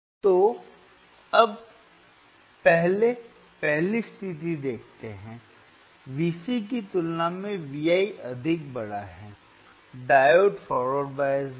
तो अब पहले पहली स्थिति देखते हैं कि Vc की तुलना में Vi अधिक बड़ा है डायोड फॉरवर्ड बायस में है